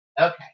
Okay